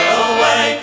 away